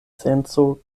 senco